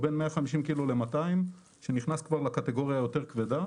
בין 150 ק"ג ל-200 שנכנס כבר לקטגוריה היותר כבדה.